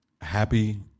Happy